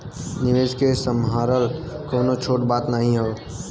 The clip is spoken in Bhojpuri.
निवेस के सम्हारल कउनो छोट बात नाही हौ